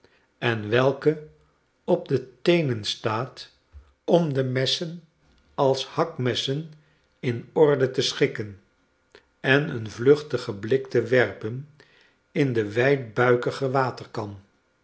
en welke op de teenen staat om de messen als hakmessen in orde te schikken en een vluchtigen blik te werpen in de wijdbuikige waterkan